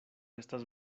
estas